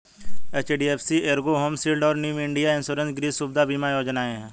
HDFC Ergo home shield और new India insurance गृह सुविधा बीमा योजनाएं हैं